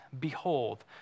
Behold